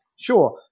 Sure